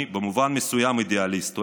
אני במובן מסוים אידיאליסט,